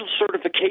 certification